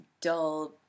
dull